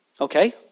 Okay